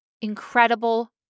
incredible